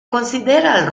considera